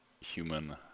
human